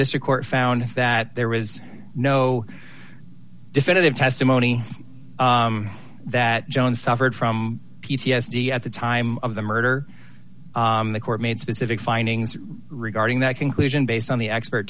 district court found that there was no definitive testimony that john suffered from p t s d at the time of the murder the court made specific findings regarding that conclusion based on the expert